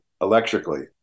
electrically